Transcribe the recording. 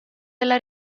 della